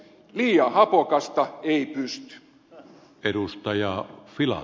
liian hapokasta ei pysty